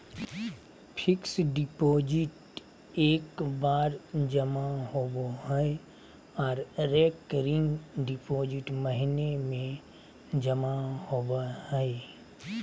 fixed deposit एक बार जमा होबो हय आर रेकरिंग डिपॉजिट महीने में जमा होबय हय